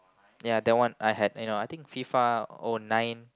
ya that one I had you know I think FIFA or nine